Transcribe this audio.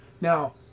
Now